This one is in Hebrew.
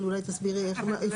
אבל אולי תסבירי את המנגנון.